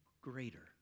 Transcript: greater